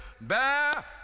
bear